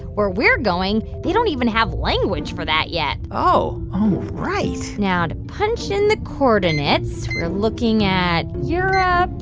where we're going, they don't even have language for that yet oh, oh, right now to punch in the coordinates. we're looking at europe,